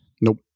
Nope